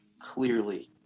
clearly